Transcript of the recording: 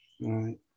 Right